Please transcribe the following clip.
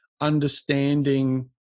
understanding